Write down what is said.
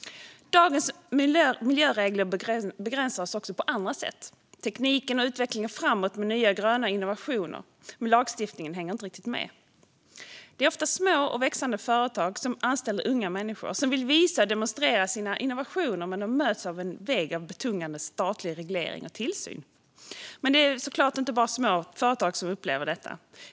Dagens miljöregler begränsar oss också på andra sätt. Tekniken och utvecklingen går framåt med nya gröna innovationer, men lagstiftningen hänger inte riktigt med. Det är ofta små och växande företag, som anställer unga människor, som vill visa och demonstrera sina innovationer, men de möts av en vägg av betungande statlig reglering och tillsyn. Det är dock såklart inte bara små företag som upplever detta.